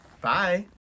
Bye